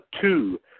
two